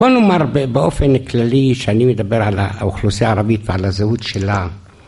‫בוא נאמר באופן כללי, שאני מדבר ‫על האוכלוסייה הערבית ועל הזהות שלה.